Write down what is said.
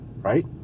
Right